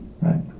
Right